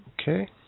Okay